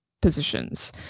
positions